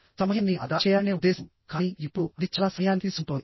సమయాన్ని ఆదా చేయాలనే ఉద్దేశం కానీ ఇప్పుడు అది చాలా సమయాన్ని తీసుకుంటోంది